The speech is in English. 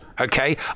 Okay